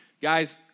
Guys